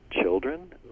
children